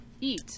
eat